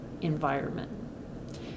environment